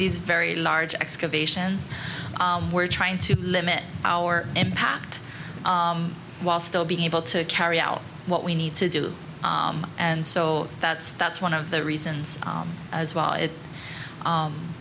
these very large excavations we're trying to limit our impact while still being able to carry out what we need to do and so that's that's one of the reasons as well